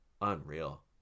unreal